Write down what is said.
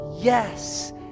yes